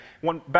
One